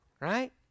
right